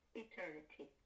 eternity